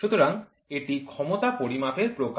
সুতরাং এটি ক্ষমতা পরিমাপের প্রকার